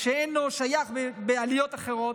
מה שאין או לא שייך בעליות אחרות.